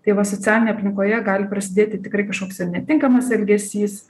tai va socialinėj aplinkoje gali prasidėti tikrai kažkoks ir netinkamas elgesys